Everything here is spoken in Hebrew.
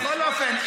בכל אופן,